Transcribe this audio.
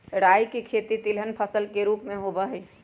राई के खेती तिलहन फसल के रूप में होबा हई